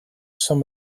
some